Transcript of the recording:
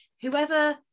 whoever